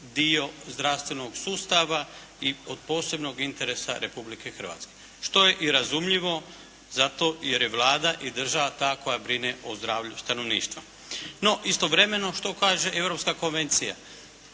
dio zdravstvenog sustava i od posebnog interesa Republike Hrvatske. Što je i razumljivo zato što jer je Vlada i Država ta koja brine o zdravlju stanovništva. No, istovremeno što kaže Europska konvencija.